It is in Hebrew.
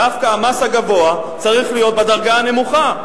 דווקא המס הגבוה צריך להיות בדרגה הנמוכה,